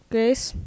Grace